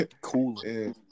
Cool